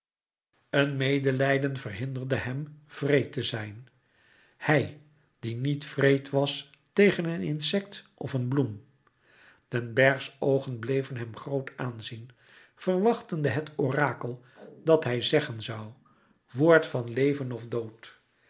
een medelijden verhinderde hem wreed te zijn hij die niet wreed was tegen een insect of een bloem den berghs oogen bleven hem groot aanzien verwachtende het orakel dat hij zeggen zoû woord van leven of dood